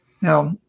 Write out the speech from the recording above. Now